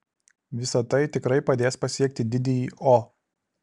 visa tai tikrai padės pasiekti didįjį o